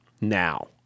now